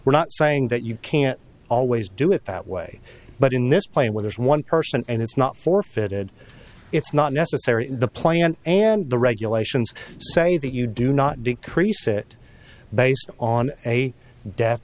we're not saying that you can't always do it that way but in this plane where there's one person and it's not forfeited it's not necessary the plan and the regulations say that you do not decrease it based on a death